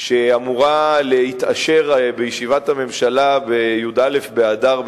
שאמורה להתאשר בישיבת הממשלה בי"א באדר,